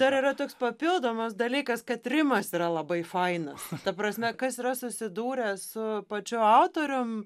dar yra toks papildomas dalykas kad rimas yra labai fainas ta prasme kas yra susidūręs su pačiu autorium